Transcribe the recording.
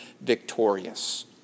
victorious